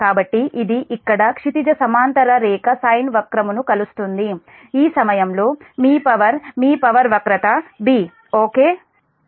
కాబట్టి ఇది ఇక్కడ క్షితిజ సమాంతర రేఖ సైన్ వక్రమును కలుస్తుంది ఈ సమయంలో మీ పవర్ మీ పవర్ వక్రత 'b' ఓకే